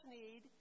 need